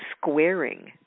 squaring